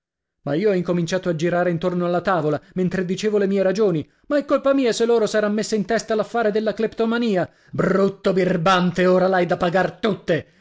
ma io ho incominciato a girare intorno alla tavola mentre dicevo le mie ragioni ma è colpa mia se loro s'eran messe in testa l'affare della cleptomania brutto birbante ora l'hai da pagar tutte